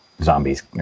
zombies